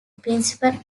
principal